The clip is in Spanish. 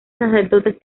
sacerdotes